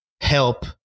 help